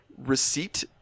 receipt